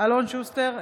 אלון שוסטר,